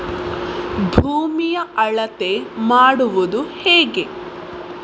ಭೂಮಿಯ ಅಳತೆ ಮಾಡುವುದು ಹೇಗೆ?